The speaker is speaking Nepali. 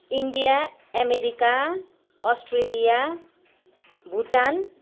India America Australia Bhutan